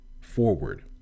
forward